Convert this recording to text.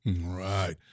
Right